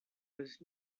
was